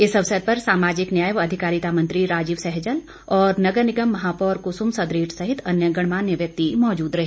इस अवसर पर सामाजिक न्यायिक व अधिकारिता मंत्री राजीव सहजल और नगर निगम महापौर कुसुम सदरेट सहित अन्य गणमान्य व्यक्ति मौजूद रहे